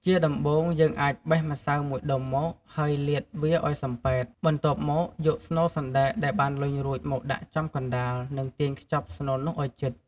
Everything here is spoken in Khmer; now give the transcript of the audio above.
ជាដំបូង យើងអាចបេះម្សៅមួយដុំមក ហើយលាតវាឱ្យសំប៉ែត បន្ទាប់មកយកស្នូលសណ្ដែកដែលបានលញ់រួចមកដាក់ចំកណ្ដាល និងទាញខ្ចប់ស្នូលនោះឲ្យជិត។